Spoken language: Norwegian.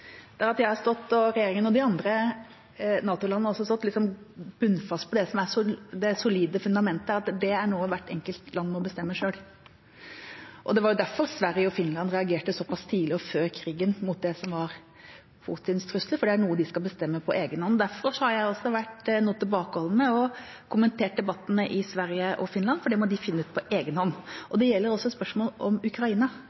at jeg, regjeringen og de andre NATO-landene har stått bunnfast på det som er det solide fundamentet, nemlig at det er noe hvert enkelt land må bestemme selv. Det var derfor Sverige og Finland reagerte såpass tidlig – også før krigen – på det som var Putins trusler, for det er noe de skal bestemme på egenhånd. Derfor har jeg vært noe tilbakeholden med å kommentere debattene i Sverige og Finland – det må de finne ut på egenhånd. Det gjelder også i spørsmålet om Ukraina: Det er noe de må definere på egenhånd, og